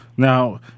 Now